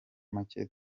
make